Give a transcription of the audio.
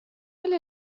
إلى